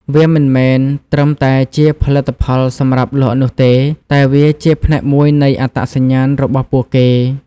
វាមិនមែនត្រឹមតែជាផលិតផលសម្រាប់លក់នោះទេ តែវាជាផ្នែកមួយនៃអត្តសញ្ញាណរបស់ពួកគេ។